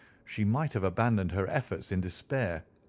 she might have abandoned her efforts in despair,